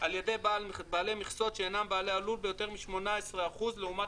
על ידי בעלי מכסות שאינם הבעלים של הלול ביותר מ-18% לעומת